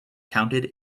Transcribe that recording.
counted